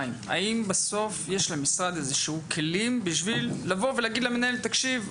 האם בסוף יש למשרד איזה שהם כלים בשביל לבוא ולהגיד למנהל: ״תקשיב,